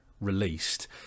released